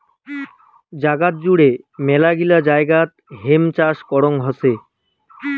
জাগাত জুড়ে মেলাগিলা জায়গাত হেম্প চাষ করং হসে